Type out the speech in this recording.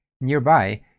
nearby